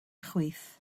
chwith